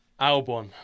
Albon